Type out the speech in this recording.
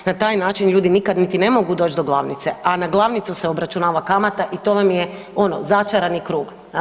Na taj način ljudi niti nikada ne mogu doći do glavnice, a na glavnicu se obračunava kamata i to vam je ono začarani krug.